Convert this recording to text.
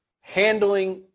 handling